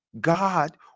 God